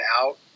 out